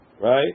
Right